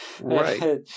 Right